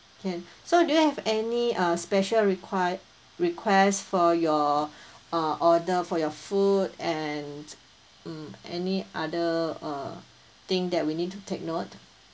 can so do you have any uh special requi~ request for your uh order for your food and mm any other uh thing that we need to take note